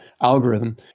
algorithm